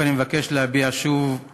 אני מבקש להביע שוב השתתפות